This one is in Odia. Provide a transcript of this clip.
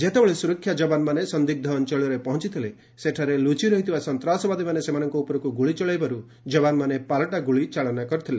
ଯେତେବେଳେ ସୁରକ୍ଷା ଯବାନମାନେ ସନ୍ଦିଗ୍ର ଅଞ୍ଚଳରେ ପହଞ୍ଚଥିଲେ ସେଠାରେ ଲୁଚି ରହିଥିବା ସନ୍ତାସବାଦୀମାନେ ସେମାନଙ୍କ ଉପରକୁ ଗୁଳି ଚଳାଇବାର ଯବାନମାନେ ପାଲଟା ଗୁଳି ଚାଳନା କରିଥିଲେ